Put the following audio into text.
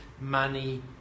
money